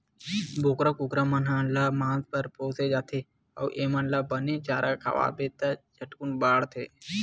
बोकरा, कुकरा मन ल मांस बर पोसे जाथे अउ एमन ल बने चारा खवाबे त झटकुन बाड़थे